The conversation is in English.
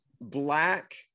black